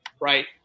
right